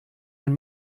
den